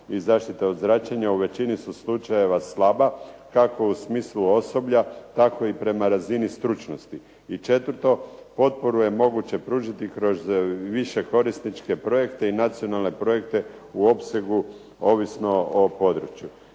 i zaštita od zračenja u većini su slučajeva slaba, kako u smislu osoblja, tako i prema razini stručnosti. I četvrto. Potporu je moguće pružiti kroz više korisničke projekte i nacionalne projekte u opsegu, ovisno o području.